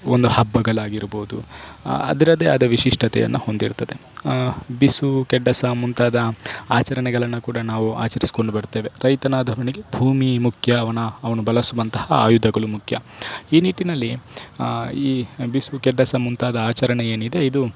ಒಂದು ಹಬ್ಬಗಲಾಗಿರ್ಬೋದು ಅದರದ್ದೇ ಆದ ವಿಶಿಷ್ಟತೆಯನ್ನು ಹೊಂದಿರ್ತದೆ ಬಿಸು ಕೆಡ್ಡಸ ಮುಂತಾದ ಆಚರಣೆಗಳನ್ನು ಕೂಡ ನಾವು ಆಚರಿಸಿಕೊಂಡು ಬರ್ತೇವೆ ರೈತನಾದವನಿಗೆ ಭೂಮಿ ಮುಖ್ಯ ಅವನ ಅವನು ಬಳಸುವಂತಹ ಆಯುಧಗಳು ಮುಖ್ಯ ಈ ನಿಟ್ಟಿನಲ್ಲಿ ಈ ಬಿಸು ಕೆಡ್ಡಸ ಮುಂತಾದ ಆಚರಣೆ ಏನಿದೆ ಇದು